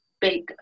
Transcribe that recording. big